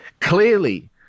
Clearly